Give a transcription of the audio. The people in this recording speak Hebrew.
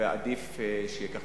ועדיף שיהיה כך.